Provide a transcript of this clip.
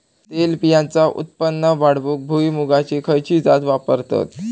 तेलबियांचा उत्पन्न वाढवूक भुईमूगाची खयची जात वापरतत?